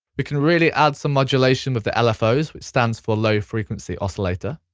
we can really add some modulation with the lfos, which stands for low frequency oscillator,